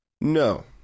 No